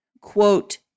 quote